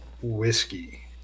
whiskey